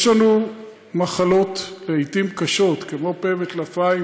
יש לנו מחלות, לעתים קשות, כמו פה וטלפיים,